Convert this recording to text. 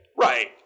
Right